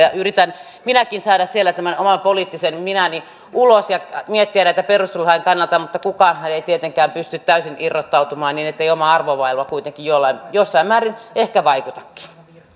yritän minäkin saada siellä tämän oman poliittisen minäni ulos ja miettiä näitä perustuslain kannalta mutta kukaanhan ei tietenkään pysty täysin siitä irrottautumaan vaan oma arvomaailma kuitenkin jossain määrin ehkä vaikuttaakin